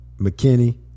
McKinney